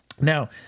Now